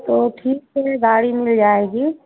तो ठीक है गाड़ी मिल जाएगी